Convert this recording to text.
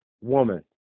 woman